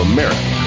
America